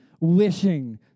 wishing